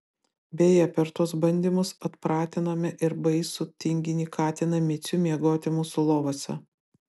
beje per tuos bandymus atpratinome ir baisų tinginį katiną micių miegoti mūsų lovose